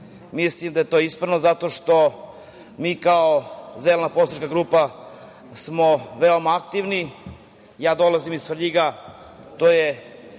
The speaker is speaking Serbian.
Mislim da je to ispravno zato što mi kao Zelena poslanička grupa smo veoma aktivni. Ja dolazim iz Srvljiga. To je